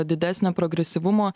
didesnio progresyvumo